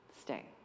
stay